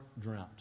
dreamt